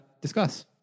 discuss